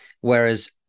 Whereas